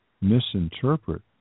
misinterpret